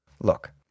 Look